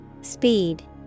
Speed